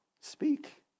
speak